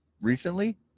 recently